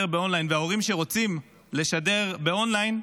באון-ליין וההורים בו רוצים שידור באון-ליין,